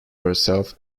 herself